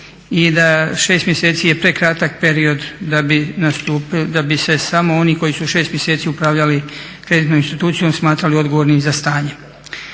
i da 6 mjeseci je prekratak period da bi se samo oni koji su 6 mjeseci upravljali kreditnom institucijom smatrali odgovornim za stanje.